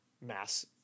mass